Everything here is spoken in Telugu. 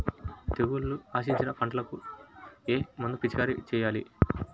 తెగుళ్లు ఆశించిన పంటలకు ఏ మందు పిచికారీ చేయాలి?